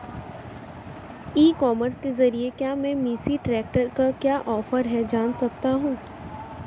ई commerce के ज़रिए क्या मैं मेसी ट्रैक्टर का क्या ऑफर है जान सकता हूँ?